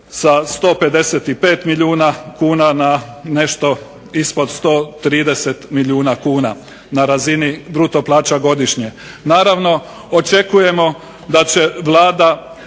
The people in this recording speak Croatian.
sa 155 milijuna kuna na nešto ispod 130 milijuna kuna na razini bruto plaća godišnje. Naravno, očekujemo da će Vlada